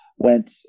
went